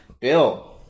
Bill